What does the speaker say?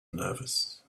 nervous